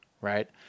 right